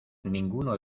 ninguno